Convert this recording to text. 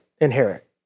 inherit